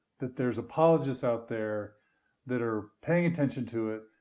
that there's apologists out there that are paying attention to it,